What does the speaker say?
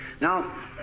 Now